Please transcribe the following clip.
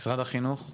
משרד החינוך.